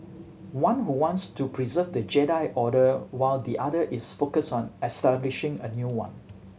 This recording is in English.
one who wants to preserve the Jedi Order while the other is focused on establishing a new one